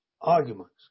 arguments